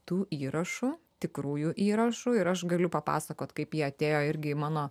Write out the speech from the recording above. tų įrašų tikrųjų įrašų ir aš galiu papasakot kaip jie atėjo irgi mano